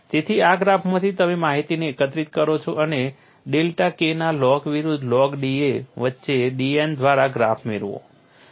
તેથી આ ગ્રાફમાંથી તમે માહિતીને એકત્રિત કરો છો અને ડેલ્ટા K ના લોગ વિરુદ્ધ લોગ da વચ્ચે dN દ્વારા ગ્રાફ મેળવો